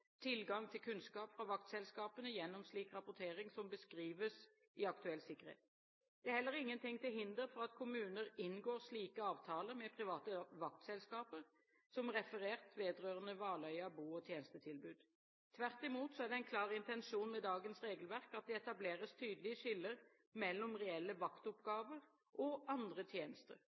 tilgang til kunnskap fra vaktselskapene gjennom slik rapportering som beskrives i Aktuell Sikkerhet. Det er heller ingenting til hinder for at kommuner inngår slike avtaler med private vaktselskaper – som referert vedrørende Valøya bo- og tjenestetilbud. Tvert imot er det en klar intensjon med dagens regelverk at det etableres tydelige skiller mellom reelle vaktoppgaver og andre tjenester,